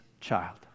child